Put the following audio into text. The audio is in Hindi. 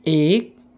एक